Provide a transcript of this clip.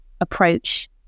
approach